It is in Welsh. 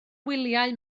wyliau